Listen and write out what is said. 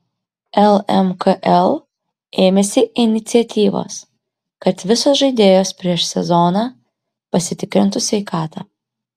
lmkl ėmėsi iniciatyvos kad visos žaidėjos prieš sezoną pasitikrintų sveikatą